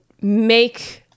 make